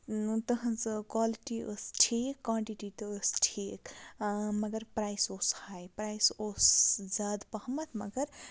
تٕہٕنٛز کالٹی ٲس ٹھیٖک کانٹِٹی تہِ ٲس ٹھیٖک مَگر پرایِس اوس ہاے پرٛایِس اوس زیادٕ پَہمَتھ مَگر